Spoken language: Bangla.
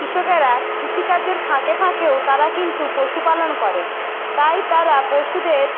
কৃষকেরা কৃষিকাজের ফাঁকে ফাঁকেও তারা কিন্তু পশুপালন করেন তাই তারা পশুদের